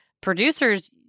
producers